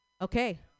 Okay